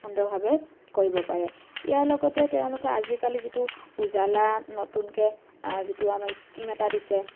সুন্দৰভাৱে কৰিব পাৰে ইয়াৰ লগতে তেওঁলোকে আজিকালি যিটো উজালা নতুনকৈ যিটো আমাৰ স্কিম এটা দিছে